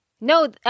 No